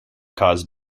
cause